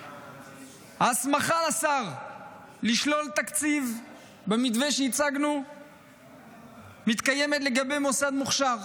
ההסמכה לשר לשלול תקציב במתווה שהצגנו מתקיימת הן לגבי מוסד מוכש"ר,